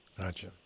Gotcha